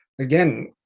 again